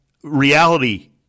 reality